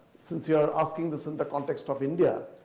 since you're asking this in the context of india,